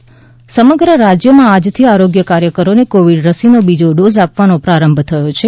ગુજરાત રસીકરણ સમગ્ર રાજ્યમાં આજથી આરોગ્ય કાર્યકરોને કોવિડ રસીનો બીજો ડો ન આપવાનો પ્રારંભ થયો છે